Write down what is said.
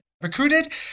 recruited